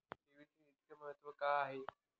ठेवीचे इतके महत्व का आहे?